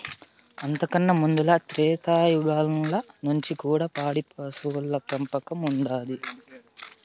అంతకన్నా ముందల త్రేతాయుగంల నుంచి కూడా పాడి పశువుల పెంపకం ఉండాది